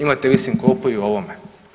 Imate vi sinkopu i o ovome.